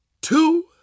two